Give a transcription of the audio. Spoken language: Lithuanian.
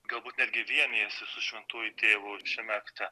galbūt netgi vienijasi su šventuoju tėvu šiame akte